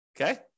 Okay